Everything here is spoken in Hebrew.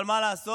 אבל מה לעשות,